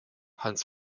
hans